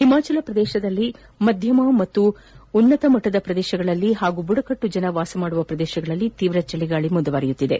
ಹಿಮಾಚಲ ಪ್ರದೇಶದಲ್ಲಿ ಮಧ್ಯಮ ಹಾಗೂ ಉನ್ನತ ಮಟ್ಟದ ಪ್ರದೇಶಗಳಲ್ಲಿ ಹಾಗೂ ಬುಡಕಟ್ಟು ಜನರು ವಾಸಿಸುವ ಪ್ರದೇಶಗಳಲ್ಲಿ ತೀವ್ರ ಚಳಿಗಾಳಿ ಮುಂದುವರಿದಿದೆ